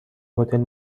هتل